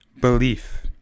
belief